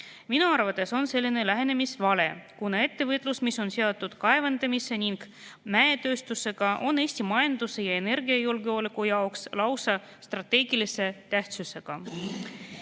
Minu arvates on selline lähenemisviis vale, kuna ettevõtlus, mis on seotud kaevandamise ning mäetööstusega, on Eesti majanduse ja energiajulgeoleku jaoks lausa strateegilise tähtsusega.